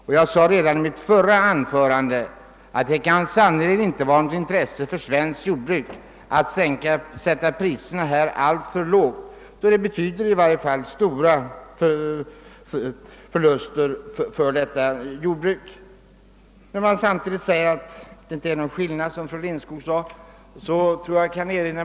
Jag framhöll redan i mitt första anförande att det sannerligen inte kan vara något intresse för svenskt jordbruk att priserna sätts alltför lågt, eftersom det medför stora förluster för jordbruket. Fru Lindskog sade att det inte förelåg någon skillnad i förhållande till konsumentdelegationens beslut.